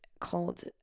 called